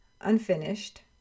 unfinished